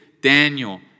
Daniel